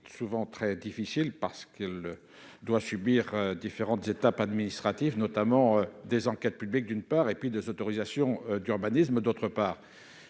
souvent très difficile, parce qu'elle doit passer par différentes étapes administratives, notamment des enquêtes publiques, d'une part, et des autorisations d'urbanisme, d'autre part.